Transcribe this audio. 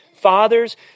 Fathers